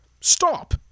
Stop